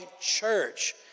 church